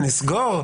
נסגור?